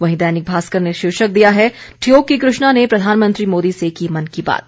वहीं दैनिक भास्कर ने शीर्षक दिया है ठियोग की कृष्णा ने प्रधानमंत्री मोदी से की मन की बात